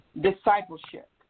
discipleship